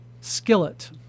Skillet